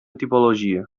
tipologia